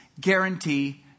guarantee